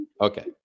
Okay